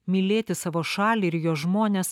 mylėti savo šalį ir jos žmones